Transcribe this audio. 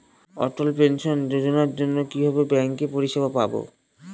অটল pension যোজনার জন্য কিভাবে ব্যাঙ্কে পরিষেবা পাবো?